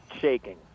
shaking